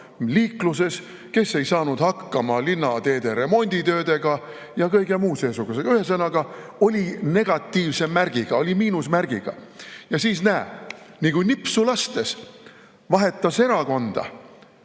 liikluses, kes ei saanud hakkama linna teede remonditöödega ja kõige muu seesugusega. Ühesõnaga, oli negatiivse märgiga, oli miinusmärgiga. Ja siis, näe, nagu nipsu lastes vahetas erakonda,